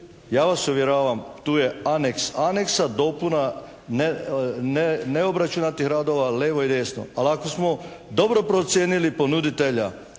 ja vas uvjeravam tu je aneks aneksa, dopuna neobračunatih radova, lijevo i desno. Ali ako smo dobro procijenili ponuditelja